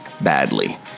badly